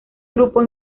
grupo